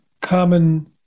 common